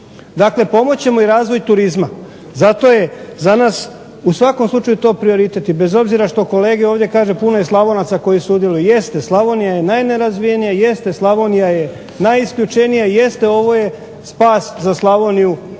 dakle pomoći ćemo razvoju turizma. Zato je za nas u svakom slučaju to prioritet i bez obzira što ovdje kolege kažu puno je Slavonaca koji sudjeluju. Jeste, Slavonija je najnerazvijenija, jeste Slavonija je najisključenija, jeste ovo je spas za Slavoniju